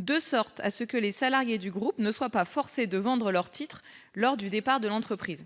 de sorte à ce que les salariés du groupe ne soient pas forcés de vendre leurs titres lors du départ de l'entreprise.